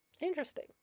Interesting